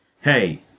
hey